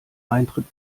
eintritt